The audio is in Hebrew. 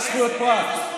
רק זכויות פרט.